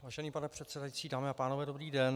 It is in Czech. Vážený pane předsedající, dámy a pánové, dobrý den.